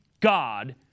God